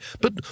But